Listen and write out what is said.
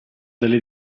delle